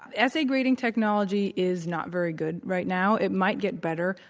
essay grading technology is not very good right now. it might get better,